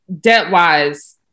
debt-wise